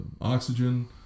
oxygen